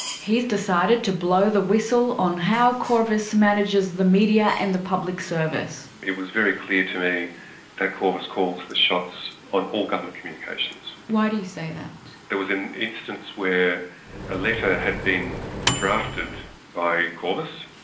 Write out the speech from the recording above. he's decided to blow the whistle on how qorvis manages the media and the public service. it was very clear to me that qorvis calls the shots on all government communications. why do you say that? there was an instance where a letter had been drafted by qorvis,